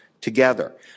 together